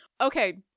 Okay